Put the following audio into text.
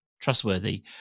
trustworthy